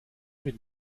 mit